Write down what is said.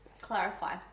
Clarify